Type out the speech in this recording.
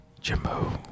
Jimbo